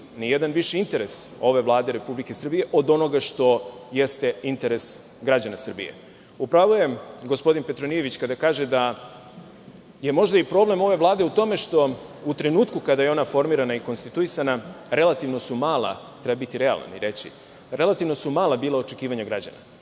nijedan viši interes ove Vlade Republike Srbije što jeste interes građana Srbije. U pravu je gospodin Petronijević kada kaže da je možda problem ove vlade u tome što, u trenutku kada je ona formirana i konstituisana, relativno su mala bila očekivanja građana.